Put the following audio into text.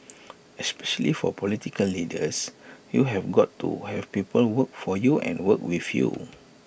especially for political leaders you've got to have people work for you and work with you